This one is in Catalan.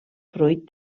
fruit